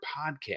podcast